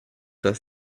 das